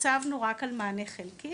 ותוקצבנו רק על מענה חלקי,